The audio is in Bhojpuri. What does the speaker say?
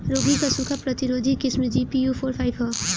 रागी क सूखा प्रतिरोधी किस्म जी.पी.यू फोर फाइव ह?